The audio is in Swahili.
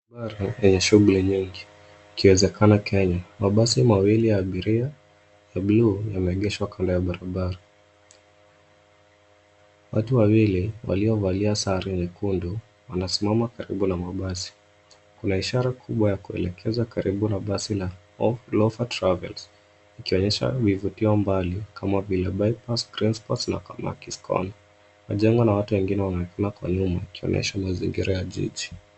Barabara yenye shughuli mingi ikiwezekana Kenya. Mabasi mawili ya abiria ya buluu yameegeshwa kando ya barabara. Watu wawili waliovalia sare nyekundu, wanasimama karibu na mabasi. Kuna ishara kubwa ya kuelekeza karibu na basi la LOPHA TRAVELS , ikionyesha mivutio mbali kama vile Bypass, GreenSpots na Kamaki's Corner . Majengo na watu wengine wanaonekana kwa nyuma, yakionyesha mazingira ya jiji.